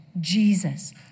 Jesus